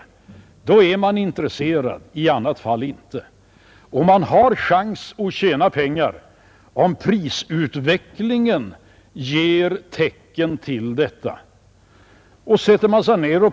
Finns den är man intresserad, i annat fall inte. Om man har chans att tjäna pengar, om prisutvecklingen ger tecken till detta, vill man investera.